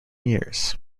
years